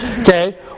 Okay